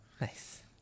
Nice